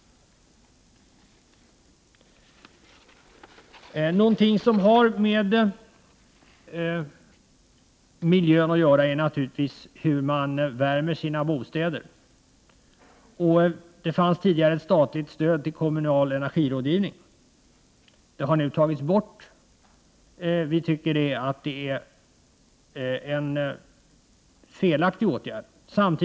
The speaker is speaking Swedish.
Någonting som har med miljön att göra är naturligtvis hur man värmer sina bostäder. Tidigare fanns det ett statligt stöd till kommunal energirådgivning. Det har sedan tagits bort. Vi tycker det var en felaktig åtgärd.